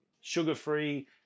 sugar-free